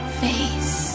face